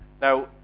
Now